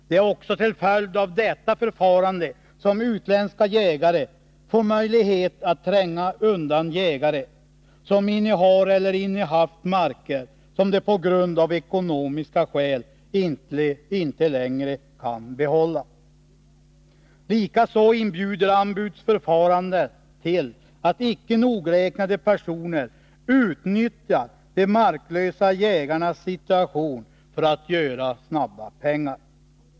Det är också till följd av detta förfarande som utländska jägare får möjlighet att tränga undan jägare som innehar eller innehaft marker som de av ekonomiska skäl inte längre kan behålla. Likaså inbjuder anbudsförfarandet till att icke nogräknade personer utnyttjar de marklösa jägarnas situation för att göra snabba pengar.